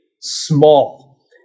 small